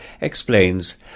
explains